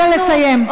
תן לה לסיים.